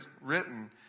written